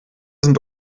sind